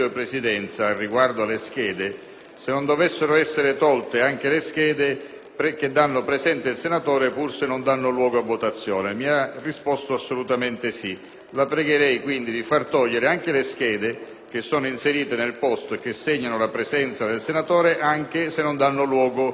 se non dovessero essere tolte anche le schede che danno presente il senatore, pur senza dar luogo a votazione. Il presidente Chiti mi ha risposto: assolutamente sì. La pregherei quindi di far togliere anche le schede che, essendo inserite, segnano la presenza del senatore anche se non danno luogo ad espressione di voto.